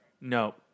No